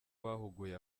bahuguye